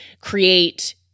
create